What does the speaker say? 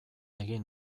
egin